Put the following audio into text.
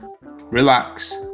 relax